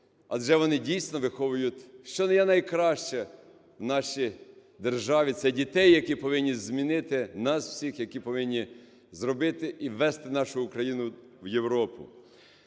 адже вони дійсно виховують, що є найкраще в нашій державі, – це дітей, які повинні змінити нас всіх, які повинні зробити і ввести нашу Україну в Європу.